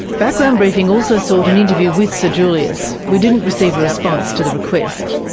background briefing also sought an interview with sir julius. we didn't receive a response to the request.